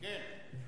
כן.